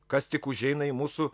kas tik užeina į mūsų